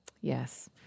Yes